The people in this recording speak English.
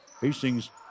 Hastings